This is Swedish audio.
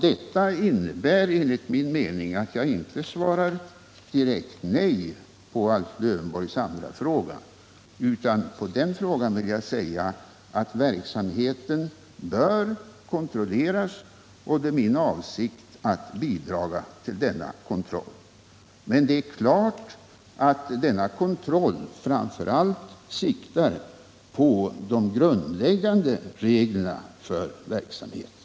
Detta innebär att jag inte svarar direkt nej på Alf Lövenborgs andra fråga. Jag vill svara att verksamheten bör kontrolleras och att det är min avsikt att bidra till denna kontroll. Men det är klart att kontrollen framför allt siktar på de grundläggande reglerna för verksamheten.